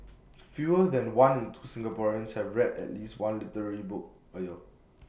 fewer than one in two Singaporeans have read at least one literary book A year